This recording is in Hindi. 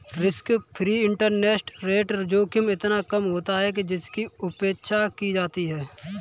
रिस्क फ्री इंटरेस्ट रेट में जोखिम इतना कम होता है कि उसकी उपेक्षा की जाती है